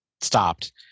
stopped